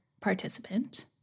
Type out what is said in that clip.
participant